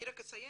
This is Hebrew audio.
אני רק אסיים